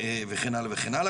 וכן הלאה,